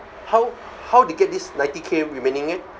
how how to get this ninety K remaining eh